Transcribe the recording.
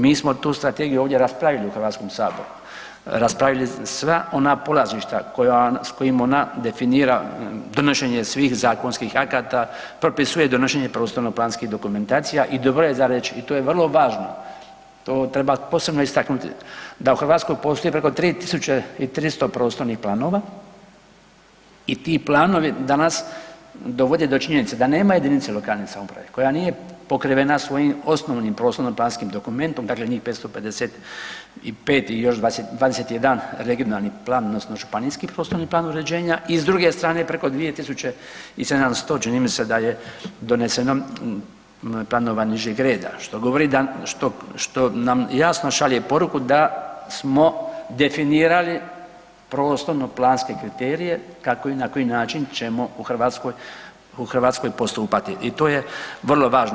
Mi smo tu strategiju ovdje raspravili u HS-u, raspravili sva ona polazišta s kojim ona definira donošenje svih zakonskih akata, propisuje donošenje prostorno-planskih dokumentacija i dobro je za reć, to je vrlo važno, to treba posebno istaknuti da u Hrvatskoj postoji preko 3300 prostornih planova i ti planovi danas dovode do činjenice da nema jedinice lokalne samouprave koja nije pokrivena svojim osnovnim prostorno-planskim dokumentom dakle njih 555 i još 21 regionalni plan odnosno županijski prostorni plan uređenja i s druge strane preko 2700 čini mi se da je doneseno planova nižeg reda, što nam jasno šalje poruku da smo definirali prostorno-planske kriterije kako i na koji način ćemo u Hrvatskoj postupati i to je vrlo važno.